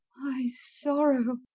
sorrow.